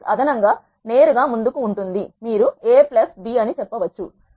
matrix అదనం గా నేరుగా ముందుకు ఉంటుంది మీరు A B అని చెప్పవచ్చు